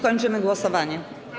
Kończymy głosowanie.